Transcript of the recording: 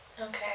Okay